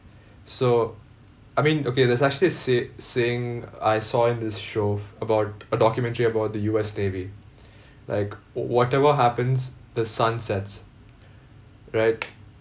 so I mean okay there's actually a say~ saying I saw in this show about a documentary about the U_S navy like whatever happens the sun sets right